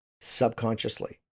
subconsciously